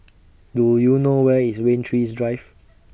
Do YOU know Where IS Rain Tree Drive